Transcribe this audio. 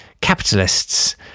capitalists